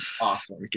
Awesome